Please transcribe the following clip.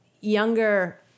younger